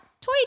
toy